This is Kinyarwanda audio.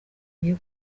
igiye